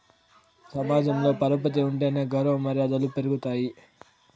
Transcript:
సమాజంలో పరపతి ఉంటేనే గౌరవ మర్యాదలు పెరుగుతాయి